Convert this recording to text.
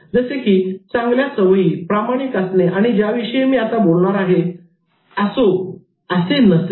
जसे की चांगल्या सवयी प्रामाणिक असणे आणि ज्याविषयी मी आता बोलणार आहे असे नसणे